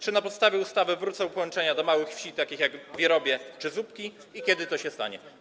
Czy na podstawie ustawy wrócą połączenia do małych wsi, takich jak Wierobie czy Zubki, i kiedy to się stanie?